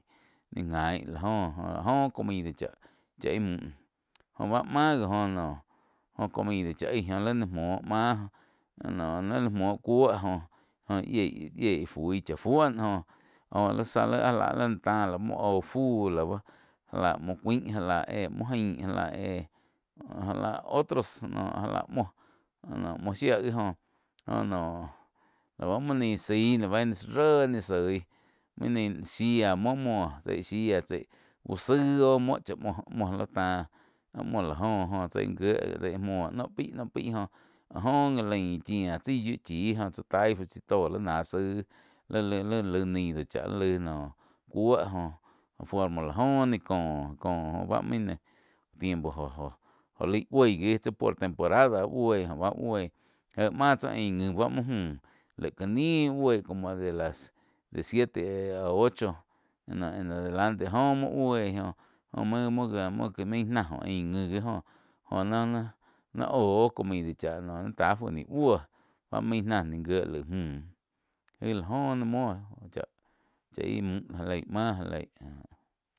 Ni gain lá joh áh joh comida cháh íh müh noh, joh báh máh gi joh noh jóh comida cháh aih joh lí ni muoh máh noh muoh cuó joh yíeí fui chá fuó joh-joh lí záh áh li tá lai muoh oh fu laig lá bá já lá muo cuáin já lá éh muo ain já láh éh. Otros já lá muoh shía gi óh nó la bá main nii zaí réh ni zoí main ní shía muo muó tsia shía tsi úh zaig óh muo chá muoh lí táh áh muoh la jóh joh chaíh gíeh muoh noh páih joh lá joh gá lain chía tsaí yíu chí jóh tsá taí chaí tó li náh záig laí-laí nido chá li laíg noh cuó joh forma la joh ni cóh-cóh bá mí ni tiempo jo-jo oh laih buí gih tsi por temporada buí jo báh buíh, jé máh tsi ain ngi bá muo müh laig ká níh boí como de las siete, ocho en adelante joh muo búoi joh muo-muo nain náh jóh ai ngi ji, joh náh-náh hóh óh comida cháh noh ni tá fu ni buoh báh main náh gíe laig müh aig la oh nain muo chá-chá íh müh já leí máh já leí.